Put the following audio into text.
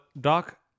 Doc